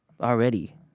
Already